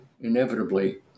inevitably